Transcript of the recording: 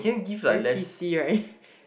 very P_C right